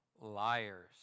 liars